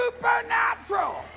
Supernatural